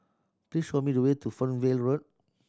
please show me the way to Fernvale Road